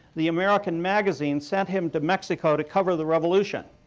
the american magazine sent him to mexico to cover the revolution.